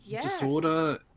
disorder